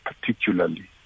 particularly